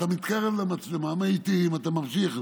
אתה מתקרב למצלמה, מאט, אתה ממשיך.